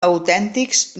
autèntics